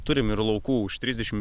turime ir laukų už trisdešimt